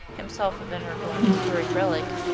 himself a venerable and historic relic,